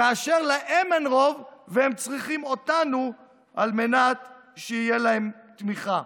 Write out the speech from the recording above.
כאשר להם אין רוב והם צריכים אותנו על מנת שתהיה להם תמיכה.